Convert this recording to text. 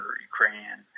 Ukrainian